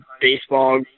baseball